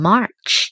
March